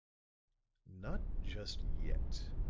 not just yet,